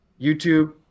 YouTube